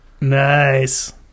Nice